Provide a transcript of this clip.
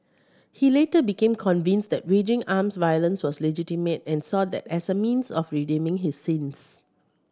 he later became convinced that waging armed violence was legitimate and saw that as a means of redeeming his sins